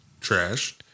Trash